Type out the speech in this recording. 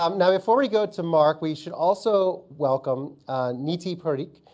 um now, before we go to mark, we should also welcome niti parikh,